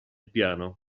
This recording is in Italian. piano